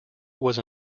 was